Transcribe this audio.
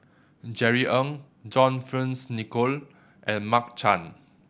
Jerry Ng John Fearns Nicoll and Mark Chan